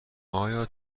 آیا